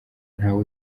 ntawe